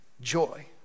joy